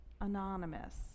Anonymous